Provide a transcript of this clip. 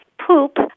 poop